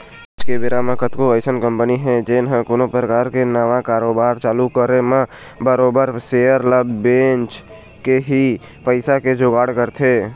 आज के बेरा म कतको अइसन कंपनी हे जेन ह कोनो परकार के नवा कारोबार चालू करे म बरोबर सेयर ल बेंच के ही पइसा के जुगाड़ करथे